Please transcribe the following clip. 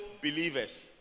believers